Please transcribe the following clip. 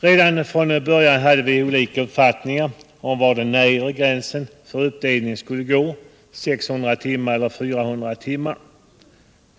Redan från början fanns det olika uppfattningar om var den nedre gränsen för uppdelning skulle gå — vid 600 eller 400 timmar.